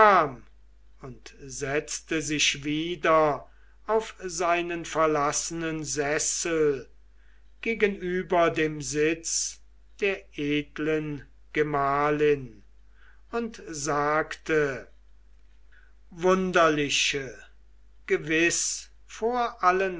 und setzte sich wieder auf seinen verlassenen sessel gegenüber dem sitz der edlen gemahlin und sagte wunderliche gewiß vor allen